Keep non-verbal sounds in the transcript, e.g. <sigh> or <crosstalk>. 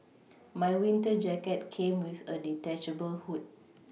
my winter jacket came with a detachable hood <noise>